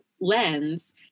lens